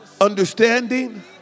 understanding